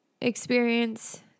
experience